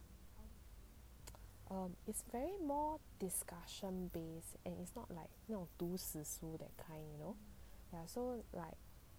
um it's very more discussion base and it's not like 那种读死书 that kind you know ya so like